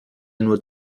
nur